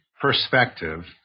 perspective